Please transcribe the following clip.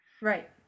right